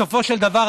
בסופו של דבר,